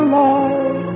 love